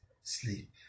Sleep